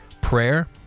prayer